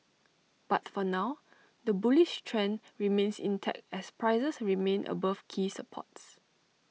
but for now the bullish trend remains intact as prices remain above key supports